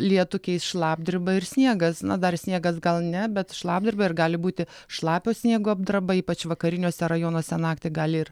lietų keis šlapdriba ir sniegas na dar sniegas gal ne bet šlapdriba ir gali būti šlapio sniego apdraba ypač vakariniuose rajonuose naktį gali ir